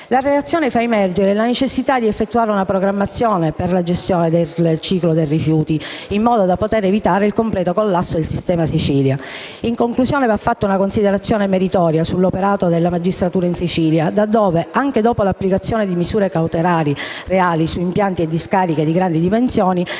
La relazione fa emergere la necessità di effettuare una programmazione per la gestione del ciclo dei rifiuti, in modo da poter evitare il completo collasso del sistema in Sicilia. In conclusione va fatta una considerazione meritoria sull'operato della magistratura in Sicilia, laddove, anche dopo l'applicazione di misure cautelari reali su impianti e discariche di grandi dimensioni,